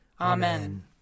Amen